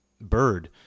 bird